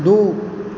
दू